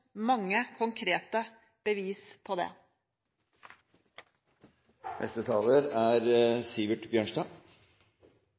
mange konkrete bevis på det. Fremskrittspartiet er